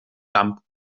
camp